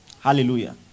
Hallelujah